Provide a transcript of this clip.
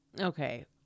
Okay